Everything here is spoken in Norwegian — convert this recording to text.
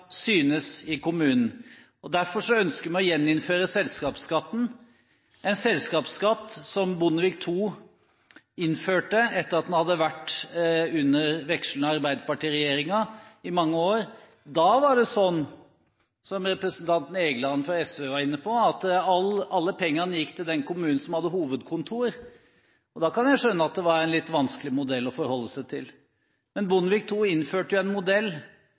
i kommunen. Derfor ønsker vi å gjeninnføre selskapsskatten, en selskapsskatt som Bondevik II innførte etter at den hadde eksistert under vekslende arbeiderpartiregjeringer i mange år. Da var det sånn, som representanten Egeland fra SV var inne på, at alle pengene gikk til den kommunen som hadde hovedkontor. Og da kan jeg skjønne at det var en litt vanskelig modell å forholde seg til. Men Bondevik II innførte jo en modell